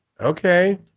Okay